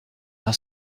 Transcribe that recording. d’un